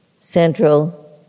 Central